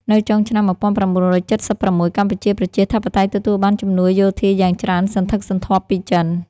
នៅចុងឆ្នាំ១៩៧៦ កម្ពុជាប្រជាធិបតេយ្យទទួលបានជំនួយយោធាយ៉ាងច្រើនសន្ធឹកសន្ធាប់ពីចិន។